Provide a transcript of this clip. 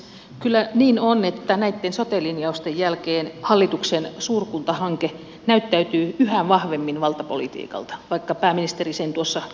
kyllä niin on että näitten sote linjausten jälkeen hallituksen suurkuntahanke näyttäytyy yhä vahvemmin valtapolitiikalta vaikka pääministeri sen tuossa kiisti